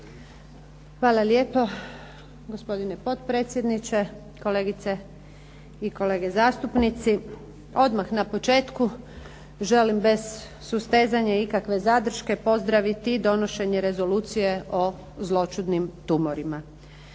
Hvala lijepo. Gospodine potpredsjedniče, kolegice i kolege zastupnici. Odmah na početku želi bez sustezanja i bez ikakve zadrške pozdraviti donošenje Rezolucije o zloćudnim tumorima.